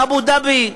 אבו דאבי,